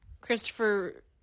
Christopher